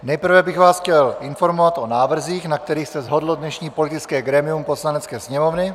Nejprve bych vás chtěl informovat o návrzích, na kterých se shodlo dnešní politické grémium Poslanecké sněmovny.